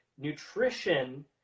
nutrition